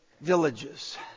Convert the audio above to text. villages